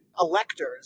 electors